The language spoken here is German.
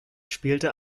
spielte